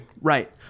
Right